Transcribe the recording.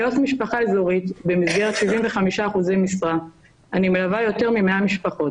כעובדת סוציאלית אזורית ב-25% משרה אני מלווה יותר מ-100 משפחות